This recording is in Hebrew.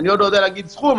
אני עוד לא יודע להגיד סכום,